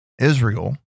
Israel